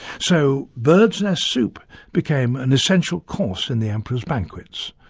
so birds' nest soup became an essential course in the emperors' banquets,